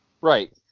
right